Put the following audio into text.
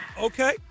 Okay